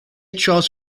charles